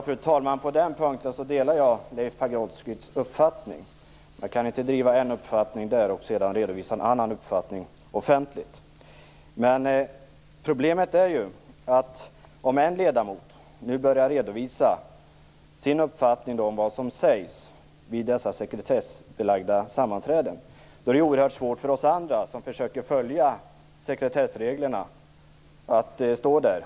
Fru talman! På den punkten delar jag Leif Pagrotskys uppfattning. Man kan inte driva en uppfattning i rådet och sedan redovisa en annan uppfattning offentligt. Problemet är att om en ledamot börjar redovisa sin uppfattning om vad som sägs vid dessa sekretessbelagda sammanträden, är det oerhört svårt för oss andra, som försöker följa sekretessreglerna, att bara stå där.